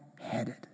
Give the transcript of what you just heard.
headed